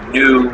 new